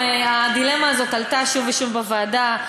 הדילמה הזאת עלתה שוב ושוב בוועדה,